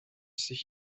sich